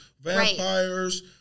vampires